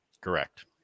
Correct